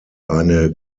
eine